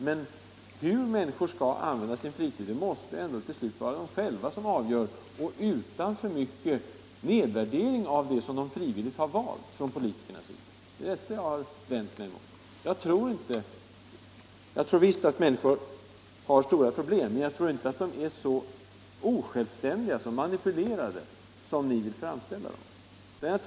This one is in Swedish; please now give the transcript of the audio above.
Men hur människor skall använda sin fritid måste det ändå till slut vara de själva som avgör, utan för mycket nedvärdering från politikernas sida av det som de frivilligt har valt. Det är det jag vänt mig emot. Visst har människor stora problem, men de är inte så osjälvständiga, så manipulerade som ni vill framställa dem.